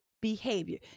behavior